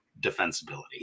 defensibility